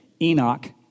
Enoch